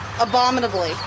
Abominably